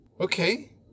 Okay